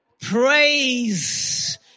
Praise